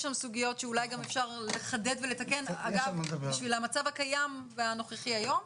יש שם סוגיות שאולי גם אפשר לחדד ולתקן בשביל המצב הקיים והנוכחי היום.